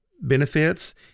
benefits